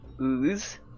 Ooze